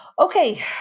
Okay